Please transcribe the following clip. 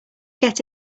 get